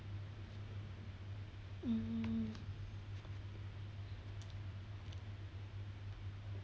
mm